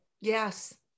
Yes